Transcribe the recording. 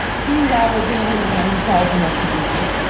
seems i was the only one with balls enough to do so.